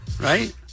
right